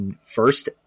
first